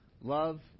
Love